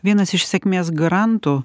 vienas iš sėkmės garantų